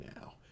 now